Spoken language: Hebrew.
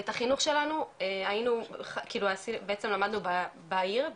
ואת החינוך שלנו בעצם למדנו בעיר,